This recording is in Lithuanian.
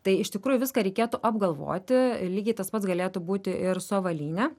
tai iš tikrųjų viską reikėtų apgalvoti lygiai tas pats galėtų būti ir su avalyne